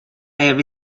every